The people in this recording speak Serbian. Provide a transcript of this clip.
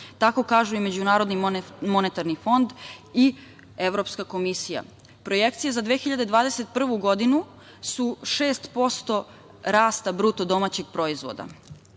Tako kažu i Međunarodni monetarni fond i Evropska komisija. Projekcije za 2021. godinu su 6% rasta BDP-a. Kada pričamo